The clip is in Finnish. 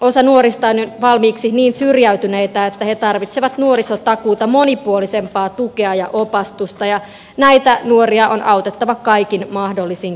osa nuorista on jo valmiiksi niin syrjäytyneitä että he tarvitsevat nuorisotakuuta monipuolisempaa tukea ja opastusta ja näitä nuoria on autettava kaikin mahdollisin keinoin